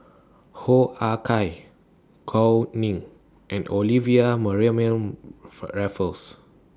Hoo Ah Kay Gao Ning and Olivia Mariamne Raffles